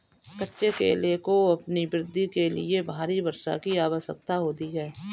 कच्चे केले को अपनी वृद्धि के लिए भारी वर्षा की आवश्यकता होती है